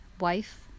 wife